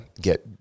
get